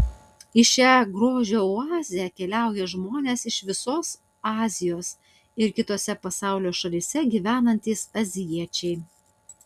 į šią grožio oazę keliauja žmonės iš visos azijos ir kitose pasaulio šalyse gyvenantys azijiečiai